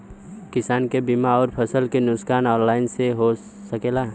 किसान के बीमा अउर फसल के नुकसान ऑनलाइन से हो सकेला?